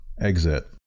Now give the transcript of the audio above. exit